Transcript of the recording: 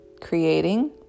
creating